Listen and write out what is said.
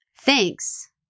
Thanks